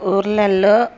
ఊర్లల్లో